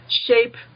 shape